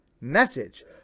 message